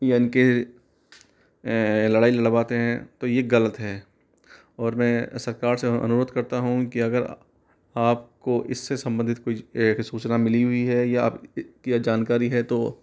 या इनके लड़ाई लड़वाते हैं तो यह गलत है और मैं सरकार से अनुरोध करता हूँ कि अगर आपको इससे संबंधित कोई सूचना मिली हुई है या जानकारी है तो